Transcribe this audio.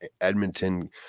Edmonton